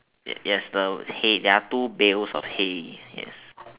yes the hay there are two bales of hay yes